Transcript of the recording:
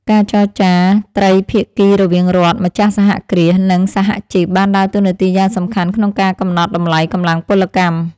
ការចរចាត្រីភាគីរវាងរដ្ឋ ម្ចាស់សហគ្រាស និងសហជីពបានដើរតួនាទីយ៉ាងសំខាន់ក្នុងការកំណត់តម្លៃកម្លាំងពលកម្ម។